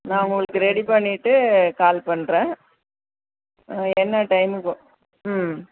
நான் உங்களுக்கு ரெடி பண்ணிவிட்டு கால் பண்ணுறேன் என்ன டைமுக்கு ம்